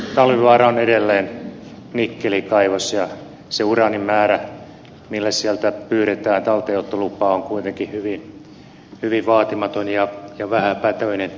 kyllä talvivaara on edelleen nikkelikaivos ja se uraanin määrä mille sieltä pyydetään talteenottolupaa on kuitenkin hyvin vaatimaton ja vähäpätöinen